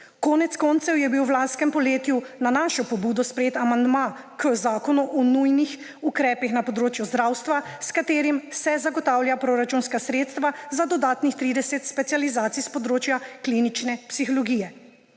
konec koncev je bil v lanskem poletju na našo pobudo sprejet amandma k Zakonu o nujnih ukrepih na področju zdravstva, s katerim se zagotavlja proračunska sredstva za dodatnih 30 specializacij s področja klinične psihologije.